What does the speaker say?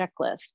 checklist